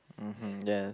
mmhmm ya